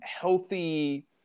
healthy